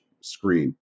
screen